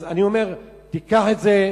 אז אני אומר: תיקח את זה,